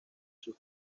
sus